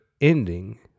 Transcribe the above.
ending